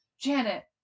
Janet